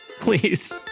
Please